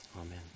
Amen